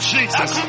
Jesus